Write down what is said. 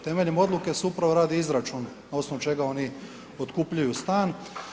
Temeljem odluke se upravo radi izračun na osnovu čega oni otkupljuju stan.